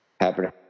happening